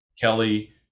Kelly